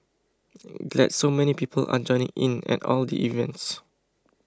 glad so many people are joining in at all the events